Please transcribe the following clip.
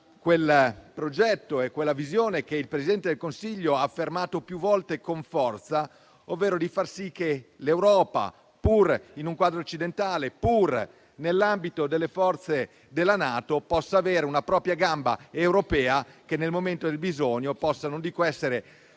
quel progetto e quella visione che il Presidente del Consiglio ha affermato più volte con forza, ovvero far sì che l'Europa, pur in un quadro occidentale, pur nell'ambito delle forze della NATO, possa avere una propria gamba europea e, nel momento del bisogno, possa non essere